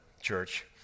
church